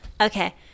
Okay